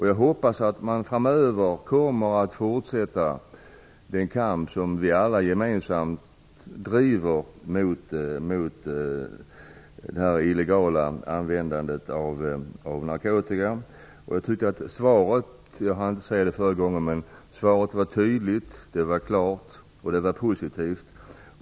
Jag hoppas att man framöver kommer att fortsätta den kamp som vi alla gemensamt driver mot det illegala användandet av narkotika. Jag tycker att svaret var tydligt. Jag hann inte säga det förra gången. Det var klart och positivt.